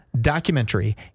documentary